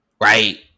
right